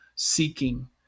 seeking